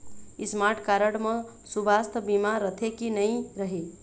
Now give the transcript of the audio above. Smart card म सुवास्थ बीमा रथे की नई रहे?